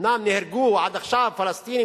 אומנם נהרגו עד עכשיו פלסטינים.